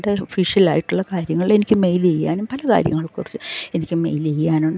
ഒഫീഷ്യലായിട്ടുള്ള കാര്യങ്ങൾ എനിക്ക് മെയിൽ ചെയ്യാനും പല കാര്യങ്ങളെക്കുറിച്ച് എനിക്ക് മെയിൽ ചെയ്യാനുണ്ട്